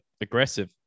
aggressive